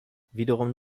wiederum